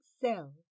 cell